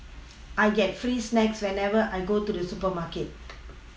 I get free snacks whenever I go to the supermarket